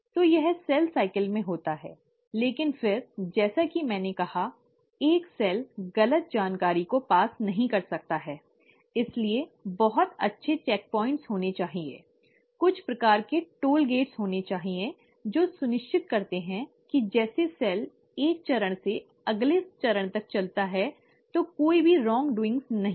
तो यह cell cycle में होता है लेकिन फिर जैसा कि मैंने कहा एक सेल गलत जानकारी को पारित नहीं कर सकता है इसलिए बहुत अच्छे चेकपॉइन्ट् होने चाहिए कुछ प्रकार के टोल गेट्स होने चाहिए जो सुनिश्चित करते हैं कि जैसे सेल एक चरण से अगले चरण तक चलती है तो कोई भी रॉंगडूइंगग नहीं है